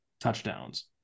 touchdowns